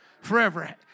Forever